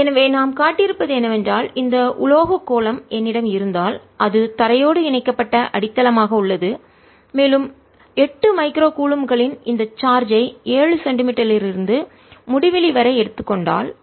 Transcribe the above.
0 Joules எனவே நாம் காட்டியிருப்பது என்னவென்றால் இந்த உலோகக் கோளம் என்னிடம் இருந்தால் அது தரையோடு இணைக்கப்பட்ட அடித்தளமாக உள்ளது மேலும் 8 மைக்ரோ கூலம்ப்களின் இந்த சார்ஜ் ஐ 7 சென்டிமீட்டர் இலிருந்து முடிவிலி வரை எடுத்துக் கொண்டால்